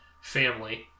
family